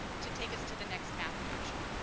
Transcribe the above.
to take us to the next math adoption.